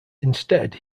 instead